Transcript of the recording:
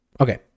okay